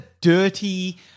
dirty